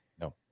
No